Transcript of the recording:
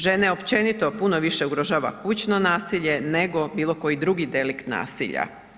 Žene općenito puno više ugrožava kućno nasilje nego bilo koji drugi delikt nasilja.